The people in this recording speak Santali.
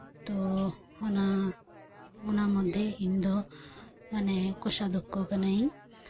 ᱛᱳ ᱚᱱᱟ ᱚᱱᱟ ᱢᱩᱫᱨᱮ ᱤᱧ ᱫᱚ ᱚᱱᱟ ᱢᱟᱱᱮ ᱠᱳᱥᱟ ᱫᱚᱠᱠᱷᱚ ᱠᱟᱹᱱᱟᱹᱧ